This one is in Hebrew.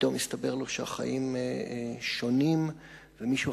ופתאום הסתבר לו שהחיים שונים ומישהו